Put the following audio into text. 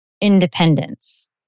independence